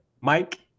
Mike